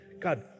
God